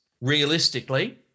realistically